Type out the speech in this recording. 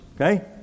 Okay